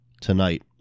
Tonight